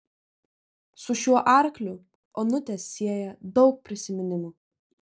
su šiuo arkliu onutę sieja daug prisiminimų